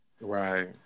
right